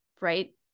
right